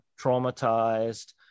traumatized